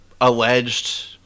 alleged